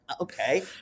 okay